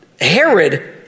Herod